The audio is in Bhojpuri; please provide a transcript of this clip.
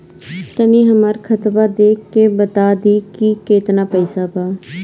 तनी हमर खतबा देख के बता दी की केतना पैसा बा?